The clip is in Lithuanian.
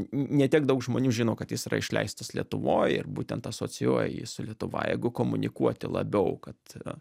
ne tiek daug žmonių žino kad jis yra išleistas lietuvoj ir būtent asocijuoja jį su lietuva jeigu komunikuoti labiau kad